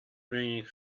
bringing